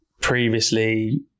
previously